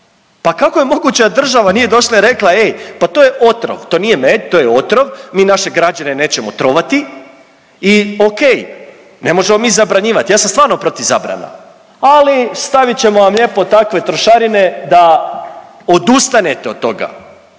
Pa kako je moguće da država nije došla i rekla ej, pa to je otrov, to nije med, to je otrov, mi naše građane nećemo trovati i okej, ne možemo mi zabranjivat, ja sam stvarno protiv zabrana, ali stavit ćemo vam lijepo takve trošarine da odustanete od toga,